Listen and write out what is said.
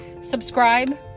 Subscribe